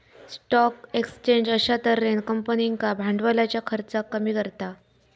stock exchange अश्या तर्हेन कंपनींका भांडवलाच्या खर्चाक कमी करता